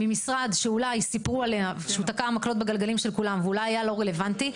ממשרד שסיפרו עליו שהוא תוקע מקלות בגלגלים של כולם ואולי לא רלוונטי,